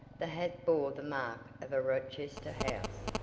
the hat bore the mark of a rochester house,